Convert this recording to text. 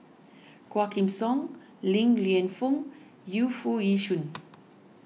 Quah Kim Song Li Lienfung Yu Foo Yee Shoon